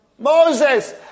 Moses